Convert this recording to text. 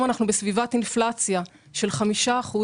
בסביבת אינפלציה של 5%